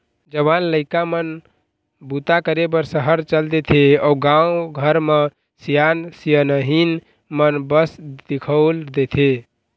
जवान लइका मन बूता करे बर सहर चल देथे अउ गाँव घर म सियान सियनहिन मन बस दिखउल देथे